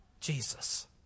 Jesus